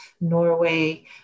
Norway